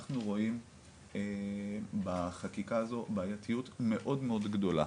אנחנו רואים בחקיקה הזו בעייתיות מאוד מאוד גדולה,